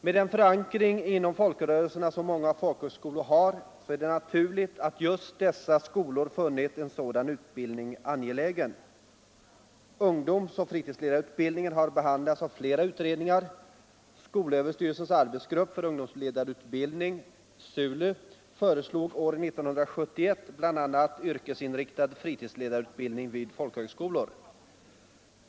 Med den förankring inom folkrörelserna som många folkhögskolor har är det naturligt att just dessa skolor funnit en sådan utbildning angelägen. Ungdomsoch fritidsledarutbildningen har behandlats av flera utredningar. Skolöverstyrelsens arbetsgrupp för ungdomsledarutbildning föreslog år 1971 bl.a. yrkesinriktad fritidsledarutbildning vid folkhögskolor.